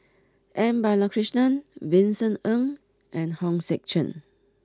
M Balakrishnan Vincent Ng and Hong Sek Chern